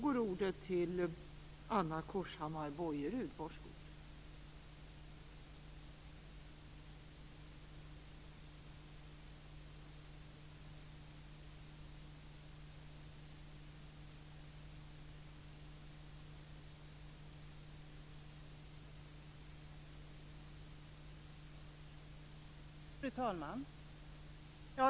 Fru talman!